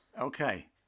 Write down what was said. Okay